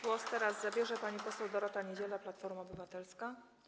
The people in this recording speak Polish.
Głos teraz zabierze pani poseł Dorota Niedziela, Platforma Obywatelska.